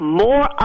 more